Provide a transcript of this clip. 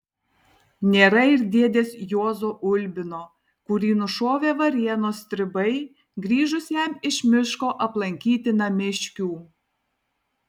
nėra ir dėdės juozo ulbino kurį nušovė varėnos stribai grįžus jam iš miško aplankyti namiškių